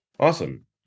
Awesome